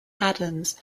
adams